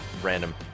random